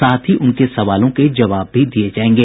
साथ ही उनके सवालों के जवाब भी दिये जायेंगे